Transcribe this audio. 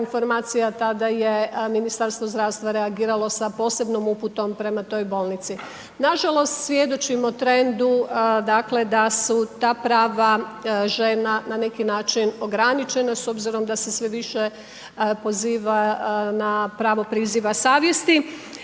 tada je Ministarstvo zdravstva reagiralo sa posebnom uputom prema toj bolnici. Nažalost, svjedočimo trendu da su ta prava žena na neki način ograničena s obzirom da se sve više poziva na pravo priziva savjesti.